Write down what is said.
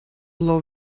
below